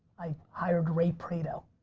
i hired ray prado.